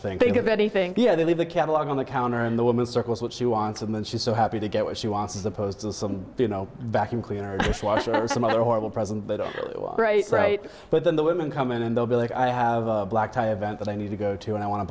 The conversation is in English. think of anything they leave the catalog on the counter and the woman circles what she wants and she's so happy to get what she wants as opposed to some you know vacuum cleaner or some other horrible present right but then the women come in and they'll be like i have a black tie event that i need to go to and i want to